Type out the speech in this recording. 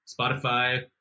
Spotify